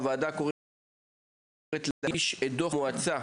הוועדה קוראת להגיש את דוח המועצה